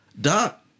Doc